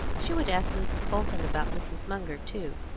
she would ask mrs. bolton about mrs. munger, too.